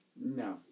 No